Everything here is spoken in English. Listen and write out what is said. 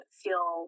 feel